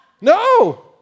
No